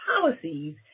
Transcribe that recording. policies